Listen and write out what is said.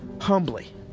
humbly